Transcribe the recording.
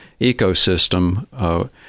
ecosystem